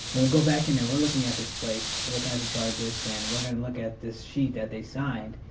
when we go back in there, we're looking at this place, we're looking at the charges and we're going to look at this sheet that they signed,